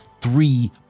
three